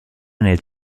nel